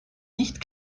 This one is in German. nicht